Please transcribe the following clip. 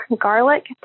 garlic